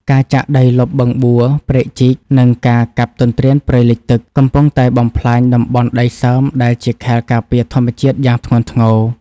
ការចាក់ដីលុបបឹងបួរ ព្រែកជីក និងការកាប់ទន្ទ្រានព្រៃលិចទឹក កំពុងតែបំផ្លាញតំបន់ដីសើមដែលជាខែលការពារធម្មជាតិយ៉ាងធ្ងន់ធ្ងរ។